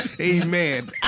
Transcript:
Amen